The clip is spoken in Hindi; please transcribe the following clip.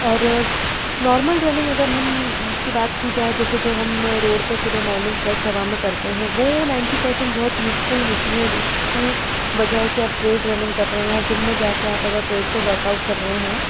और नॉर्मल रनिंग अगर हम की बात की जाए जैसे जो हम रोड पर सुबह मोर्निंग फ्रेश हवा में करते हैं वो नाइनटी परसेंट बहुत यूज़फुल होती है जिसकी बजह है कि आप ट्रेड रनिंग कर रहे हैं या जिम में जाकर आप अगर ट्रेड पर वर्कआउट कर रहे हैं